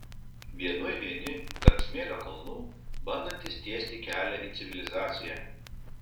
vienui vieni tarp smėlio kalnų bandantys tiesti kelią į civilizaciją